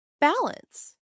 balance